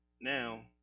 now